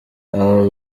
abo